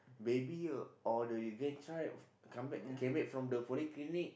baby or the grandchild come back came back from the polyclinic